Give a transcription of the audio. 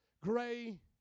gray